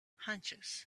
hunches